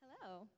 Hello